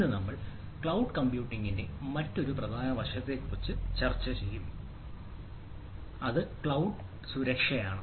ഇന്ന് നമ്മൾ ക്ലൌഡ് കമ്പ്യൂട്ടിംഗിന്റെ മറ്റൊരു പ്രധാന വശത്തെക്കുറിച്ച് ചർച്ച ചെയ്യും അത് ക്ലൌഡ് സുരക്ഷ ആണ്